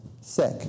sick